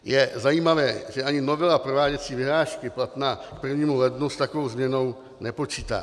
Je zajímavé, že ani novela prováděcí vyhlášky platná k 1. lednu s takovou změnou nepočítá.